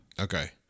Okay